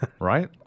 right